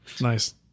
nice